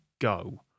go